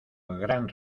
gran